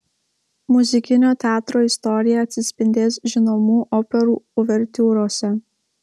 muzikinio teatro istorija atsispindės žinomų operų uvertiūrose